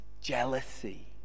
jealousy